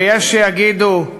ויש שיגידו: